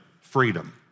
freedom